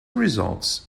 results